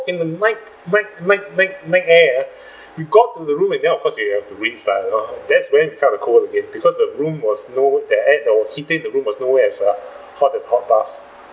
in the night night night night night air uh we got to the room and then of course we have to rinse lah you know that's when we felt the cold again because the room was know there though heater in the room was no where as uh hot as hot bath